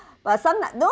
but some like no